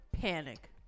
panic